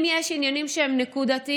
אם יש עניינים שהם נקודתיים,